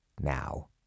now